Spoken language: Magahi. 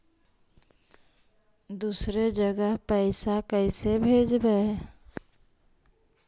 दुसरे जगह पैसा कैसे भेजबै?